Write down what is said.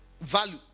Value